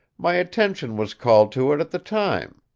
my attention was called to it at the time.